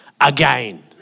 again